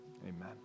amen